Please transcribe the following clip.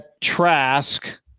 Trask